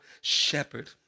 shepherd